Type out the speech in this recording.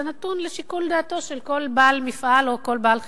זה נתון לשיקול דעתו של כל בעל מפעל או כל בעל חברה.